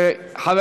חבר